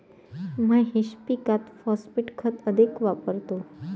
महेश पीकात फॉस्फेट खत अधिक वापरतो